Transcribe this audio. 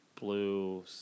blue